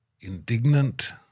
indignant